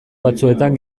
batzuetan